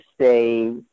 say